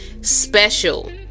special